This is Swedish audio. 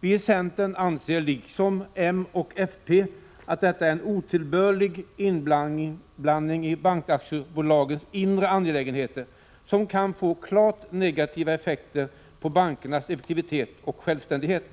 Vi i centern anser, liksom moderaterna och folkpartiet, att detta är en otillbörlig inblandning i bankaktiebolagens inre angelägenheter, som kan få klart negativa effekter på bankernas effektivitet och självständighet.